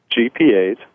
GPAs